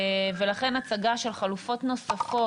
ולכן ההצגה של חלופות נוספות.